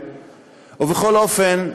ובכל אופן,